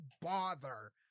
bother